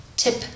Tip